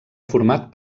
format